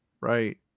Right